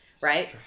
right